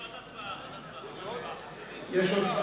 הצעת ועדת הכנסת בדבר חלוקת הצעת חוק ההתייעלות